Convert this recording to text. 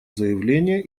заявление